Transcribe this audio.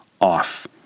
off